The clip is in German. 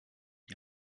die